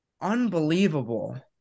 unbelievable